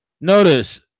notice